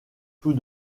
tout